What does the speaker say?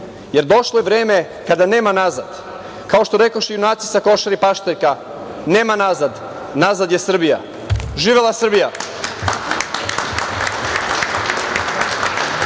jer došlo je vreme kada nema nazad. Kao što rekoše junaci sa Košare i Paštrika – Nema nazad, nazad je Srbija. Živela Srbija!